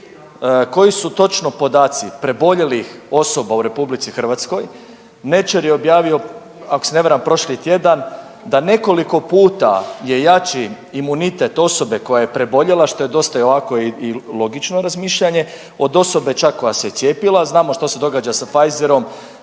Koji su točno podaci preboljelih osoba u Republici Hrvatskoj. …/Govornik se ne razumije./… je objavio ako se ne varam prošli tjedan da nekoliko puta je jači imunitet osobe koja je preboljela što je dosta ovako i logično razmišljanje od osobe čak koja se cijepila. Znamo što se događa sa Pfeiserom,